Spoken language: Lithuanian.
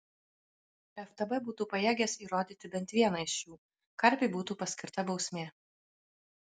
ftb būtų pajėgęs įrodyti bent vieną iš jų karpiui būtų paskirta bausmė